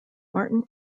martin